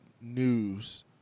news